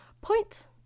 Point